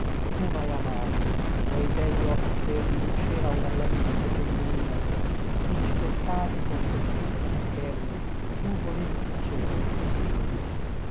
tu mhai amato nei begli occhi fermi rideva una blandizie femminina tu civettavi con sottili schermi tu volevi piacermi signorina